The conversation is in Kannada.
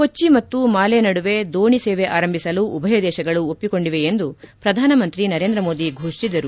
ಕೊಚ್ಚ ಮತ್ತು ಮಾಲೆ ನಡುವೆ ದೋಣಿ ಸೇವೆ ಆರಂಭಿಸಲು ಉಭಯ ದೇಶಗಳು ಒಪ್ಪಿಕೊಂಡಿವೆ ಎಂದು ಪ್ರಧಾನಮಂತ್ರಿ ನರೇಂದ್ರ ಮೋದಿ ಘೋಷಿಸಿದರು